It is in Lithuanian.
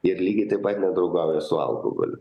ir lygiai taip pat nedraugauja su alkoholiu